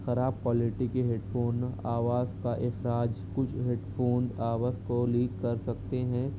خراب کوالٹی کے headphone آواز کا احتجاج کچھ ہیڈ فون آواز کو لیک کر سکتے ہیں